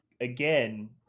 again